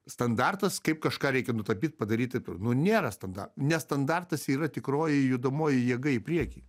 standartas kaip kažką reikia nutapyt padaryti nu nėra standa nes standartas yra tikroji judamoji jėga į priekį